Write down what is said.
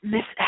Miss